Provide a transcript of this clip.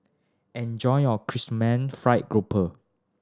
enjoy your Chrysanthemum Fried Grouper